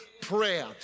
Prayer